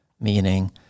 meaning